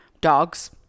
dogs